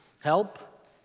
Help